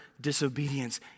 disobedience